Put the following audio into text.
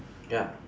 yup